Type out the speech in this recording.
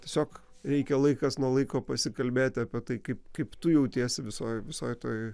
tiesiog reikia laikas nuo laiko pasikalbėti apie tai kaip kaip tu jautiesi visoj visoj toj